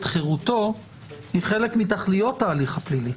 חירותו היא חלק מתכליות ההליך הפלילי.